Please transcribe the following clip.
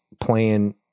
playing